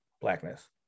blackness